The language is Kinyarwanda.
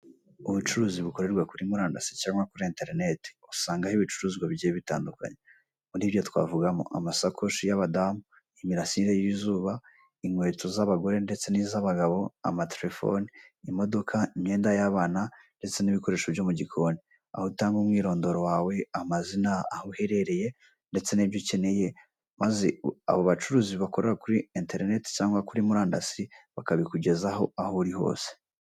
Ubucuruzi bukorerwa kuri murandasi cyangwa kuri enterinete, usangaho ibicuruzwa bigiye bitandukanye muri ibyo twavugamo amasakoshi y'abadamu, imirasire y'izuba, inkweto z'abagore ndetse n'iz'abagabo, amaterefone, imidoka, imyenda y'abana ndetse n'ibikoresho byo mu gikoni. Aho utanga umwirondoro wawe amazina aho uherereye ndetse n'ibyo ukeneye maze abo bacuruzi bakorera kuri enterinete cyangwa kuri murandasi bakabikugezaho aho uri hose.